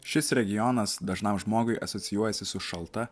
šis regionas dažnam žmogui asocijuojasi su šalta